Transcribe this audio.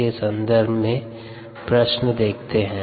के सन्दर्भ प्रश्न देखते है